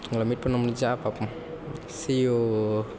உங்களை மீட் பண்ண முடிஞ்சால் பார்ப்போம் சி யூ